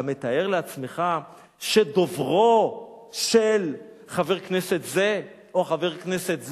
אתה מתאר לעצמך שדוברו של חבר כנסת זה או חבר כנסת זה,